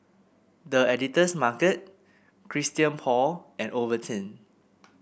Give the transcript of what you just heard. The Editor's Market Christian Paul and Ovaltine